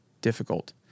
difficult